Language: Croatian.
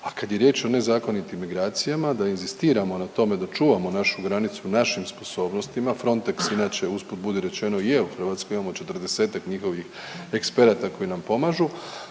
a kada je riječ o nezakonitim migracijama da inzistiramo na tome da čuvamo našu granicu našim sposobnostima. Frontex inače usput budi rečeno i je u Hrvatskoj, imamo 40-ak njihovih eksperata koji nam pomažu